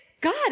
God